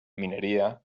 mineria